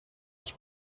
qui